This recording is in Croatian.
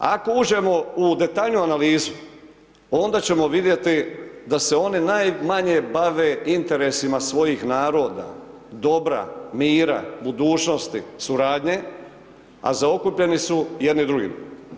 Ako uđemo u detaljniju analizu onda ćemo vidjeti da se oni najmanje bave interesima svojih naroda, dobra, mira, budućnosti, suradnje a zaokupljeni su jedni drugima.